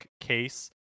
case